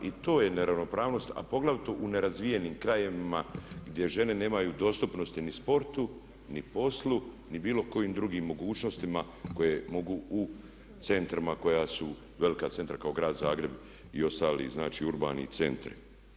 I to je neravnopravnost a poglavito u nerazvijenim krajevima gdje žene nemaju dostupnosti ni sportu, ni poslu, ni bilo kojim drugim mogućnostima koje mogu u centrima koji su, velikim centrima kao grad Zagreb i ostali znači urbani centri.